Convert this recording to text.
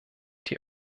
die